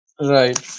Right